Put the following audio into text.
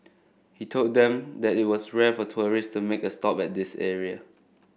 he told them that it was rare for tourists to make a stop at this area